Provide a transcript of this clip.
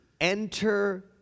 enter